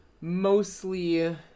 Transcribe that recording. mostly